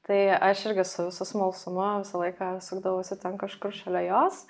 tai aš irgi su visu smalsumu visą laiką sukdavausi ten kažkur šalia jos